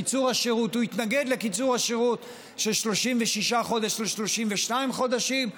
הוא התנגד לקיצור השירות של 36 חודש ל-32 חודשים,